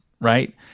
right